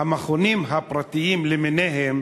"המכונים הפרטיים למיניהם"